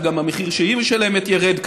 וגם המחיר שהיא משלמת ירד,